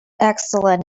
excellent